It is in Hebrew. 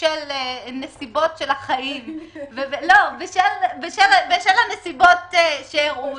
בשל נסיבות החיים ובשל הנסיבות שאירעו,